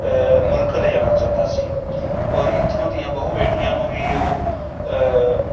ਮੁਲਕ ਲੈ ਜਾਣਾ ਚਾਹੁੰਦਾ ਸੀ ਔਰ ਇੱਥੋਂ ਦੀਆਂ ਬਹੁ ਬੇਟੀਆਂ ਨੂੰ ਵੀ ਉਹ